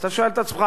אז אתה שואל את עצמך: